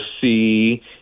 see